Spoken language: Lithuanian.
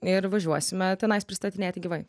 ir važiuosime tenais pristatinėti gyvai